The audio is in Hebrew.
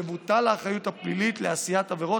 תבוטל האחריות הפלילית לעשיית עבירות